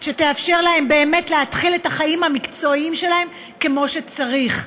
שתאפשר להם באמת להתחיל את החיים המקצועיים שלהם כמו שצריך.